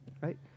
right